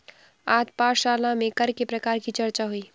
आज पाठशाला में कर के प्रकार की चर्चा हुई